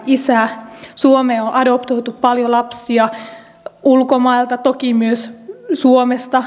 suomeen on adoptoitu paljon lapsia ulkomailta toki myös suomesta